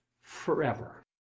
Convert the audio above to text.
forever